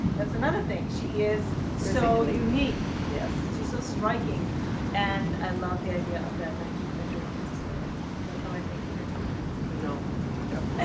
that's another thing she is so unique. yes she's so striking and i love the idea of that nineteenth-century princess leia so um i think you know but